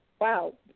Wow